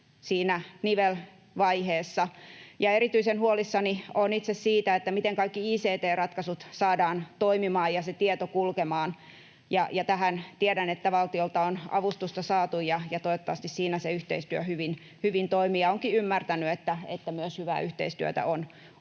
siinä nivelvaiheessa. Erityisen huolissani olen itse siitä, miten kaikki ict-ratkaisut saadaan toimimaan ja tieto kulkemaan. Tiedän, että tähän on valtiolta avustusta saatu, ja toivottavasti siinä se yhteistyö hyvin toimii, ja olenkin ymmärtänyt, että myös hyvää yhteistyötä on ollut.